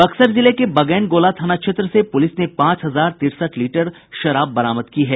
बक्सर जिले के बगेन गोला थाना क्षेत्र से पुलिस ने पांच हजार तिरसठ लीटर शराब बरामद की है